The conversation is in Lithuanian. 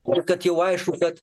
kur kad jau aišku kad